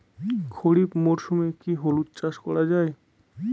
খরিফ মরশুমে কি হলুদ চাস করা য়ায়?